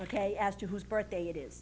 ok as to whose birthday it is